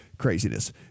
Craziness